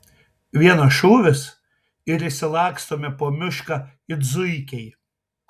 vienas šūvis ir išsilakstome po mišką it zuikiai